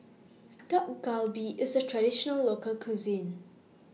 Dak Galbi IS A Traditional Local Cuisine